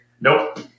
Nope